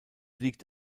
liegt